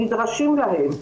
נדרשים להן.